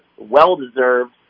well-deserved